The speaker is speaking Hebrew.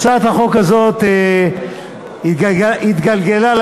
הצעת החוק הזאת התגלגלה לה,